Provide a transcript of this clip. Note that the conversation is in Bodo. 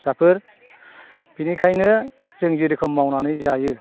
फिसाफोर बेनिखायनो जों जेरोखोम मावनानै जायो